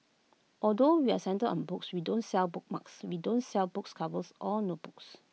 although we're centred on books we don't sell bookmarks we don't sell books covers or notebooks